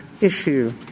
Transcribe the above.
issue